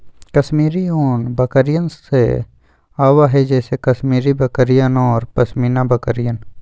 कश्मीरी ऊन बकरियन से आवा हई जैसे कश्मीरी बकरियन और पश्मीना बकरियन